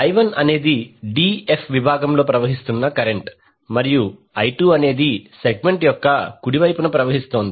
I1 d f విభాగంలో ప్రవహిస్తున్న current మరియు I2 అనేది సెగ్మెంట్ యొక్క కుడి వైపున ప్రవహిస్తోంది